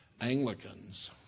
Anglicans